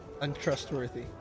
untrustworthy